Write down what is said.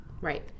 Right